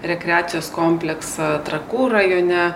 rekreacijos kompleksą trakų rajone